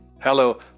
Hello